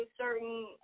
certain